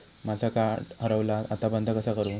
माझा कार्ड हरवला आता बंद कसा करू?